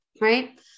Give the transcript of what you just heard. right